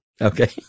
Okay